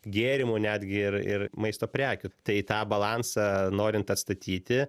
gėrimų netgi ir ir maisto prekių tai tą balansą norint atstatyti